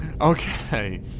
Okay